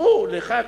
יאמרו לך,